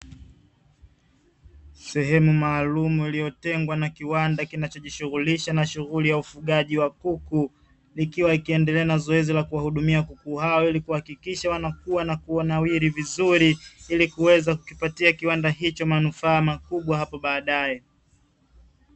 Sehemu maalumu ilyotengwa na kiwanda kinacho jishugulisha na ufugaji wa kuku, kikiendelea na zoezi la kuhudumia kuku hao ili kuhakikisha kuwa wanakuwa na kunawiri vizuri ilikuweza kuwapatia manufa makubwa hapo baadae.